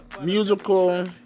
musical